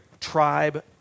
tribe